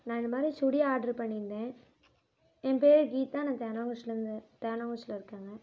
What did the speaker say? நான் இந்த மாதிரி சுடி ஆர்ட்ரு பண்ணியிருந்தேன் என் பெயரு கீதா நான் தேவனாங்குறிச்சிலேருந்து தேவனாங்குறிச்சியில் இருக்கேங்க